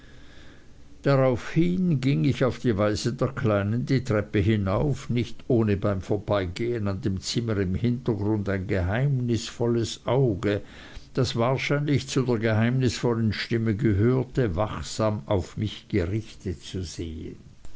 daraufhin ging ich auf die weisung der kleinen die treppe hinauf nicht ohne beim vorbeigehen an dem zimmer im hintergrund ein geheimnisvolles auge das wahrscheinlich zu der geheimnisvollen stimme gehörte wachsam auf mich gerichtet zu sehen